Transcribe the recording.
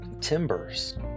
timbers